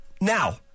Now